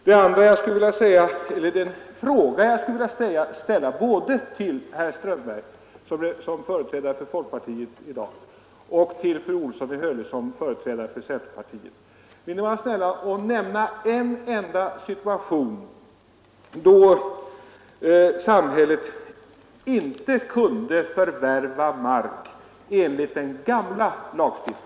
Det är en fråga jag skulle vilja ställa både till herr Strömberg som företrädare för folkpartiet i dag och till fru Olsson i Hölö som företrädare för centerpartiet: Vill ni vara snälla och nämna en enda situation då samhället inte kunde förvärva mark enligt den gamla lagstiftningen.